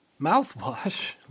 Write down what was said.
mouthwash